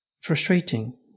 frustrating